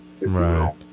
Right